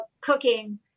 cooking